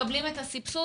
מקבלים את הסבסוד.